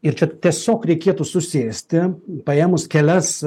ir čia tiesiog reikėtų susėsti paėmus kelias